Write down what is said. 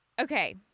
okay